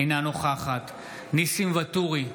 אינה נוכחת ניסים ואטורי,